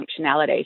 functionality